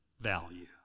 value